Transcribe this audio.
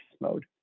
mode